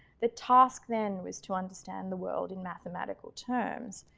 the task then was to understand the world in mathematical terms,